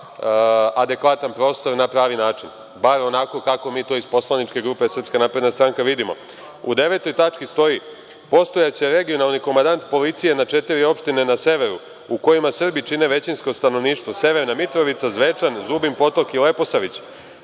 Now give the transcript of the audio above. adekvatan prostor na pravi način, bar onako kako mi to iz poslaničke grupe SNS vidimo.U 9. tački stoji – postojaće regionalni komandant policije na četiri opštine na severu u kojima Srbi čine većinsko stanovništvo, Severna Mitrovica, Zvečan, Zubin Potok i Leposavić,